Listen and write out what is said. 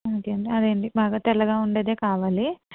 okay అండి అదే అండి బాగా తెల్లగా ఉండేది కావాలి